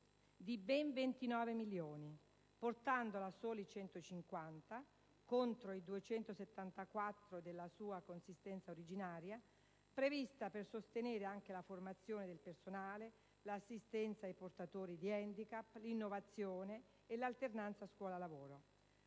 di ben 29 milioni, portandolo a soli 150, contro i 274 della sua consistenza originaria, prevista per sostenere anche la formazione del personale, l'assistenza ai portatori di handicap, l'innovazione e l'alternanza scuola-lavoro.